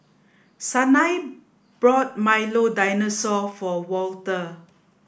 Sanai brought Milo Dinosaur for Walter